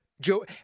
Joe